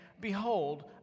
behold